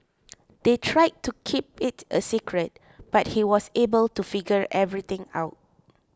they tried to keep it a secret but he was able to figure everything out